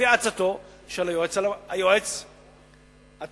לפי עצתו של היועץ התכנוני,